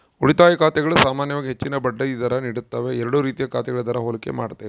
ಉಳಿತಾಯ ಖಾತೆಗಳು ಸಾಮಾನ್ಯವಾಗಿ ಹೆಚ್ಚಿನ ಬಡ್ಡಿ ದರ ನೀಡುತ್ತವೆ ಎರಡೂ ರೀತಿಯ ಖಾತೆಗಳ ದರ ಹೋಲಿಕೆ ಮಾಡ್ತವೆ